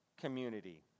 community